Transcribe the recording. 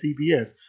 CBS